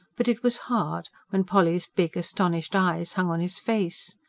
but it was hard, when polly's big, astonished eyes hung on his face.